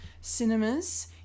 cinemas